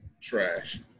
Trash